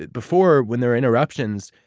before, when there were interruptions,